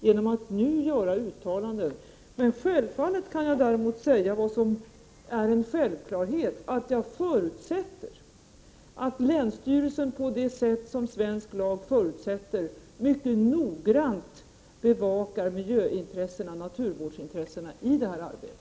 Däremot kan jag säga — vilket är en självklarhet — att jag utgår från att länsstyrelsen så som svensk lag förutsätter mycket noggrant bevakar miljöoch naturvårdsintressena i det här arbetet.